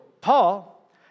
Paul